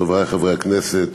חברי חברי הכנסת,